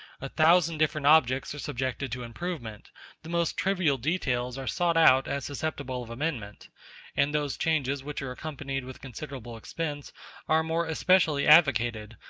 a thousand different objects are subjected to improvement the most trivial details are sought out as susceptible of amendment and those changes which are accompanied with considerable expense are more especially advocated,